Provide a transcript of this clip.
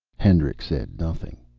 hendricks said nothing.